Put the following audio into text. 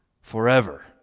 forever